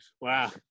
Wow